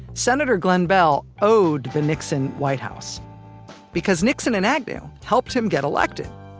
senator glenn beall owed the nixon white house because nixon and agnew helped him get elected.